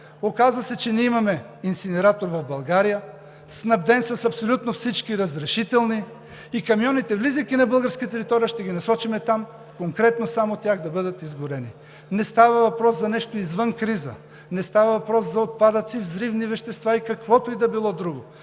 Оказа се, че ние имаме инсинератор в България, снабден с абсолютно всички разрешителни, а камионите, влизайки на българска територия, ще ги насочим там конкретно, за да бъдат изгорени. Не става въпрос за нещо извън кризата, не става въпрос за отпадъци, взривни вещества и каквото и да било друго.